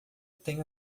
tenho